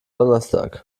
donnerstag